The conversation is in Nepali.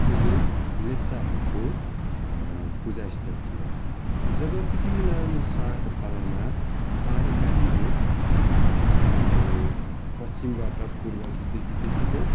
उहिले लेप्चाहरूको पूजा स्थल थियो जब पृथ्वीनारायाण शाहको पालामा पाँडे काजीले पश्चिमबाट पूर्व जित्दै जित्दै जित्दै